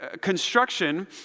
construction